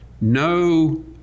No